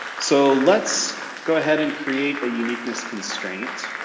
so let's go ahead and create a uniqueness constraint